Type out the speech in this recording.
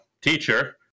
teacher